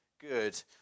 good